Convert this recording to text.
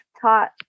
Taught